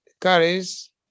carries